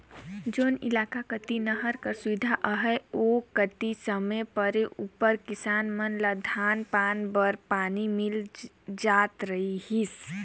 जेन इलाका कती नहर कर सुबिधा अहे ओ कती समे परे उपर किसान मन ल धान पान बर पानी मिल जात रहिस